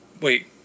Wait